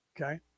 okay